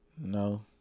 No